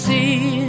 See